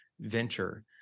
venture